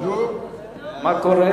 מי